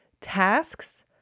tasks